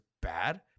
bad